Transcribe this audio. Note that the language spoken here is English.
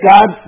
God